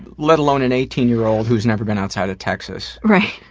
let alone an eighteen year old who's never been outside of texas. right,